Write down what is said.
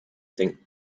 think